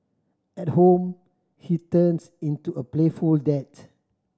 at home he turns into a playful dad